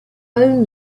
own